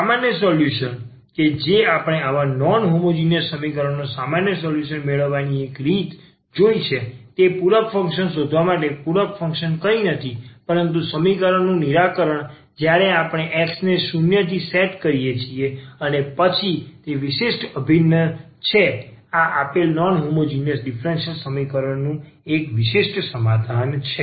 સામાન્ય સોલ્યુશન જે આપણે આવા નોન હોમોજીનીયસ સમીકરણનો સામાન્ય સોલ્યુશન મેળવવાની એક રીત જોઇ છે તે પૂરક ફંક્શન શોધવા માટે છે પૂરક ફંક્શન કંઈ નથી પરંતુ આ સમીકરણનું નિરાકરણ જ્યારે આપણે આ X ને 0 થી સેટ કરીએ છીએ અને પછી તે વિશિષ્ટ અભિન્ન જે આ આપેલ નોન હોમોજીનીયસ ડીફરન્સીયલ સમીકરણનું એક વિશિષ્ટ સમાધાન છે